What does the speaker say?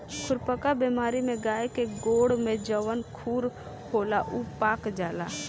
खुरपका बेमारी में गाय के गोड़ में जवन खुर होला उ पाक जाला